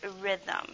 rhythm